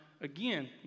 again